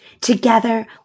Together